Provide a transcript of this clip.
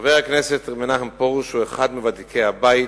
"חבר הכנסת מנחם פרוש הוא אחד מוותיקי הבית,